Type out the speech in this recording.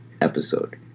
episode